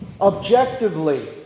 Objectively